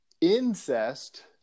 incest